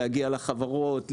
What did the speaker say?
להגיע לחברות,